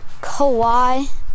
Kawhi